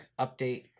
update